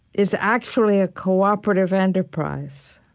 is actually a cooperative enterprise